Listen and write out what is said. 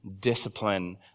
discipline